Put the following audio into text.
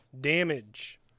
Damage